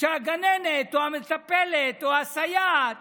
שהגננת או המטפלת או הסייעת